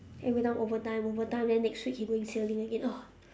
every time overtime overtime then next week he going sailing again ugh